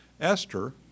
Esther